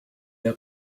der